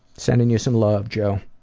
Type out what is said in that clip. sending you some love, jo.